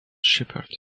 shepherd